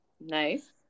Nice